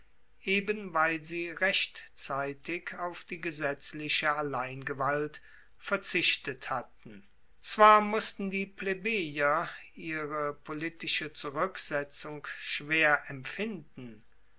eben weil sie rechtzeitig auf die gesetzliche alleingewalt verzichtet hatten zwar mussten die plebejer ihre politische zuruecksetzung schwer empfinden